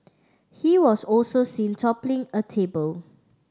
he was also seen toppling a table